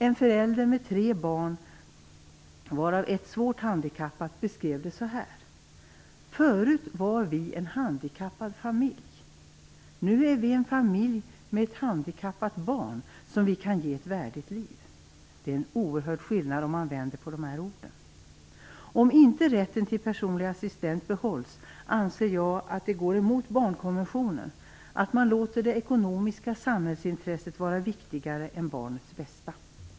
En förälder med tre barn, varav ett svårt handikappat, beskrev det så här: Förut var vi en handikappad familj - nu är vi en familj med ett handikappat barn, som vi kan ge ett värdigt liv. Det blir en oerhörd skillnad om man vänder på de här orden. Om inte rätten till personlig assistent behålls, anser jag att det går emot barnkonventionen, att man låter det ekonomiska samhällsintresset vara viktigare än barnets bästa.